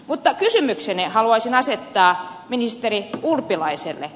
mutta kysymykseni haluaisin asettaa ministeri urpilaiselle